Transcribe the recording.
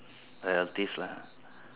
relatives lah